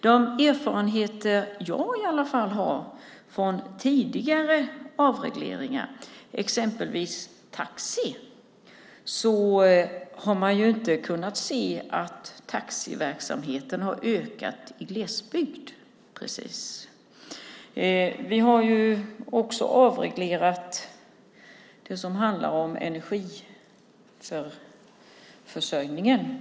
De erfarenheter jag har från tidigare avregleringar, exempelvis taxi, är att man inte precis har kunnat se att taxiverksamheten har ökat i glesbygd. Vi har också avreglerat det som handlar om energiförsörjningen.